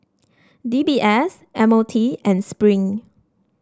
D B S M O T and Spring